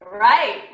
right